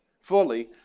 fully